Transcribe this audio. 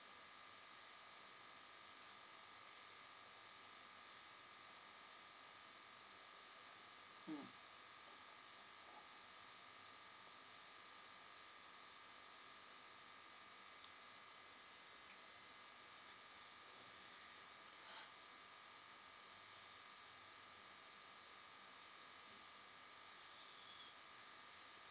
mm